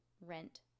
rent